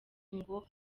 ngo